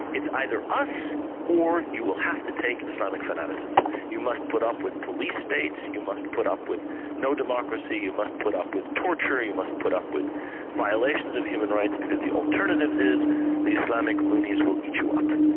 it's either us or you will have to take islamic fanaticism. you must put up with police states, you must put up with no democracy, you must put up with torture, you must put up with violations of human rights because the alternative is the islamic loonies will eat you up.